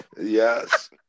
Yes